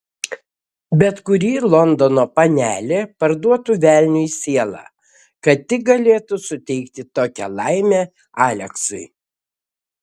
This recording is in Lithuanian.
bet kuri londono panelė parduotų velniui sielą kad tik galėtų suteikti tokią laimę aleksui